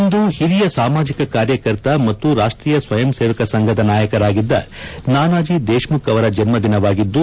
ಇಂದು ಹಿರಿಯ ಸಾಮಾಜಿಕ ಕಾರ್ಯಕರ್ತ ಮತ್ತು ರಾಷ್ಟೀಯ ಸ್ವಯಂ ಸೇವಕ ಸಂಘದ ನಾಯಕರಾಗಿದ್ದ ನಾನಾಜಿ ದೇಶ್ಮುಖ್ ಅವರ ಜನ್ಮ ದಿನವಾಗಿದ್ದು